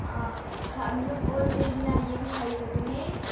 खा मतलब होर केश बनाइयै बी खाई सकने